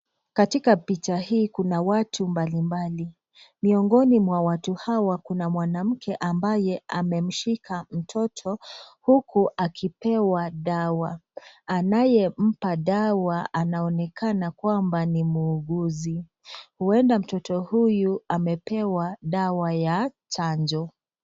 Katika picha hii kuna watu mbalimbali, miongoni mwa watu hawa, kuna mwanamke ambaye amemshika mtoto, huku akipewa dawa. Anayempa dawa, anaonekana kwamba ni muuguzi. Huenda mtoto huyu amepewa dawa ya chanjo.